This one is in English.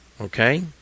Okay